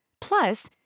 Plus